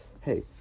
Hey